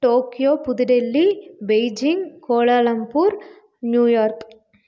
Tokyo Pudhu Delhi Beijing Kuala Lumpur New York